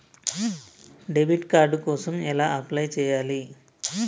Debit card కోసం ఎలా apply చేయాలి?